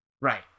Right